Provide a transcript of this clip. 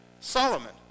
Solomon